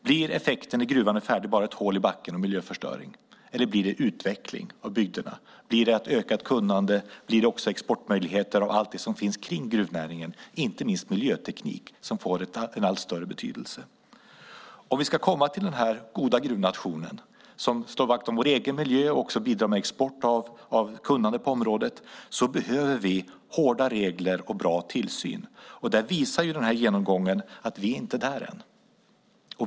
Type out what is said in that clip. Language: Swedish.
Blir effekten när gruvan är färdig bara ett hål i backen och miljöförstöring, eller blir det utveckling av bygderna? Blir det ett ökat kunnande? Blir det också exportmöjligheter och allt det som finns kring gruvnäringen, inte minst miljöteknik, som får en allt större betydelse? Om vi ska komma till den här goda gruvnationen, som slår vakt om vår egen miljö och också bidrar med export av kunnande på området, behöver vi hårda regler och bra tillsyn. Den här genomgången visar att vi inte är där än.